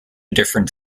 different